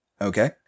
Okay